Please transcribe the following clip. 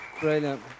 Brilliant